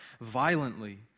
violently